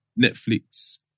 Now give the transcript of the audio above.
Netflix